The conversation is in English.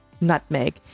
nutmeg